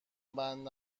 بند